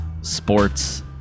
sports